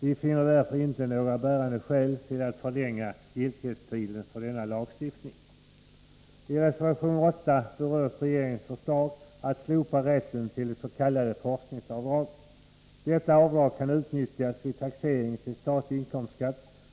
Vi finner därför inte några bärande skäl till att förlänga giltighetstiden för denna lagstiftning. I reservation 8 berörs regeringens förslag att slopa rätten till det s.k. särskilda forskningsavdraget. Detta avdrag kan utnyttjas vid taxering till statlig inkomstskatt.